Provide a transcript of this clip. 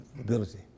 ability